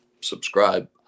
subscribe